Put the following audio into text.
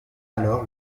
alors